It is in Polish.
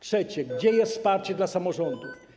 Trzeci - gdzie jest wsparcie dla samorządów?